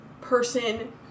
person